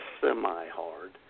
semi-hard